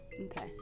Okay